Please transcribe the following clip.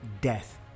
death